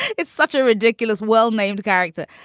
it's such a ridiculous, well-named character.